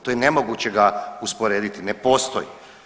To je nemoguće ga usporediti, ne postoji.